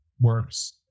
works